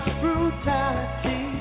brutality